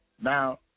Now